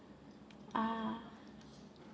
ah